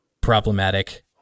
problematic